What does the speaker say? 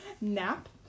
Nap